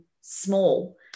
small